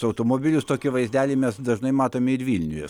automobilius tokį vaizdelį mes dažnai matom ir vilniuje